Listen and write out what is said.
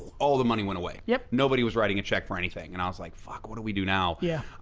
all the money went away. yep. nobody was writing a check for anything, and i was like, fuck, what do we do now? yeah.